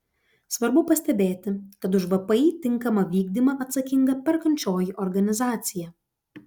svarbu pastebėti kad už vpį tinkamą vykdymą atsakinga perkančioji organizacija